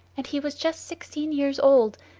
and he was just sixteen years old,